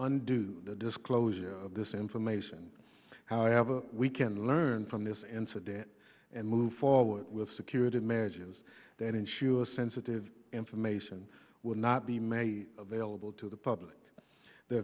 undo the disclosure of this information however we can learn from this incident and move forward with security measures that in shua sensitive information will not be made available to the public